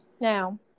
now